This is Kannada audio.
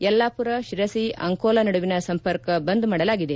ಯಲ್ಲಾಪುರ ಶಿರಸಿ ಅಂಕೋಲಾ ನಡುವಿನ ಸಂಪರ್ಕ ಬಂದ್ ಮಾಡಲಾಗಿದೆ